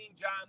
John